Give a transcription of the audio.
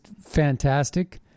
fantastic